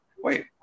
Wait